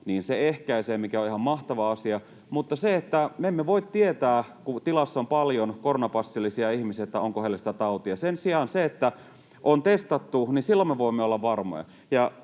ehkäisee, mikä on ihan mahtava asia, mutta me emme voi tietää, kun tilassa on paljon koronapassillisia ihmisiä, onko heillä sitä tautia. Sen sijaan silloin, kun on testattu, me voimme olla varmoja.